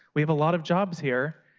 we have a lot of jobs here,